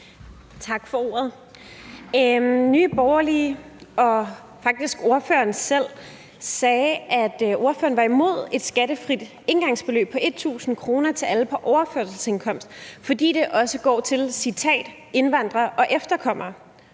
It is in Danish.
Tak for ordet. Nye Borgerliges ordfører sagde, at de er imod et skattefrit engangsbeløb på 1.000 kr. til alle på overførselsindkomst, fordi det også går til – og jeg citerer – indvandrere og efterkommere.